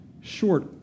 short